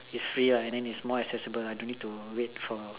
is free ah and then is more accessible ah don't need to wait for